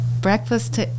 breakfast